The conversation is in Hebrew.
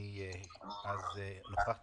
קיבלתי